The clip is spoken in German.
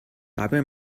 dabei